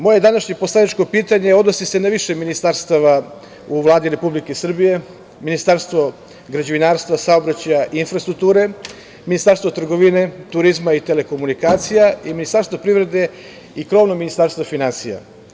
Moje današnje poslaničko pitanje odnosi se na više ministarstava u Vladi Republike Srbije - Ministarstvo građevinarstva, saobraćaja i infrastrukture, Ministarstvo trgovine, turizma i telekomunikacija, Ministarstvo privrede i krovno Ministarstvo finansija.